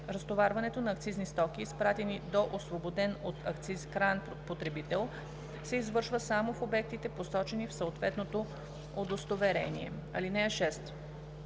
Разтоварването на акцизни стоки, изпратени до освободен от акциз краен потребител, се извършва само в обектите, посочени в съответното удостоверение. (6)